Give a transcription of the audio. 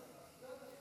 נגד.